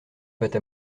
pâte